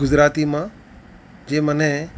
ગુજરાતીમાં જે મને